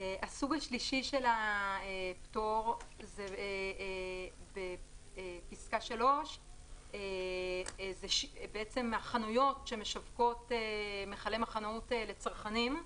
הסוג השלישי של הפטור זה בפסקה 3. אלה החנויות שמשווקות מכלים לצרכנים.